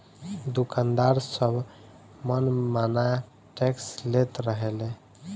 दुकानदार सब मन माना टैक्स लेत रहले